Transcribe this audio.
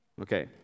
Okay